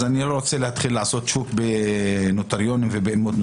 אני לא רוצה להתחיל לעשות שוק בנוטריונים ובאימות נוטריון.